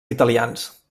italians